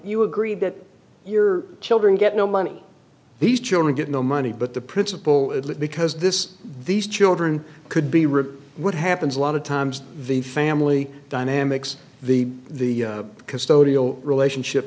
you agree that your children get no money these children get no money but the principle is that because this these children could be ripped what happens a lot of times the family dynamics the the custodial relationship